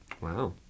Wow